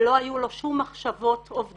ולא היו לו שום מחשבות אובדניות,